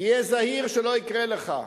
תהיה זהיר שלא יקרה לך.